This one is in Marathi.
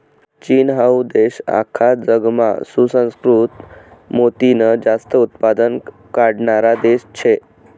चीन हाऊ देश आख्खा जगमा सुसंस्कृत मोतीनं जास्त उत्पन्न काढणारा देश शे